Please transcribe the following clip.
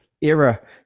era